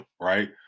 right